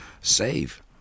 save